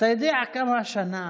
אתה יודע כמה כסף